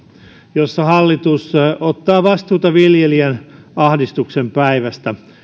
jossa hallitus ottaa vastuuta viljelijän ahdistuksen päivästä